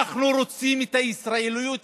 אנחנו רוצים את הישראליות שלנו.